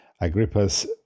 Agrippa's